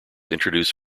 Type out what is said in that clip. introduce